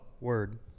word